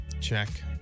Check